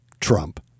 Trump